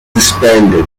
disbanded